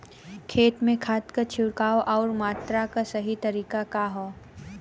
खेत में खाद क छिड़काव अउर मात्रा क सही तरीका का ह?